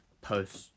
post